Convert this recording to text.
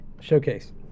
Showcase